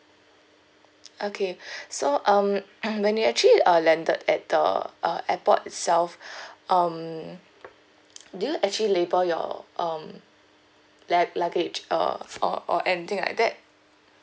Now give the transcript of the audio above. okay so um when you actually uh landed at the uh airport itself um do you actually label your um lu~ luggage uh or or anything like that